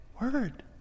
word